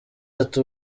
ati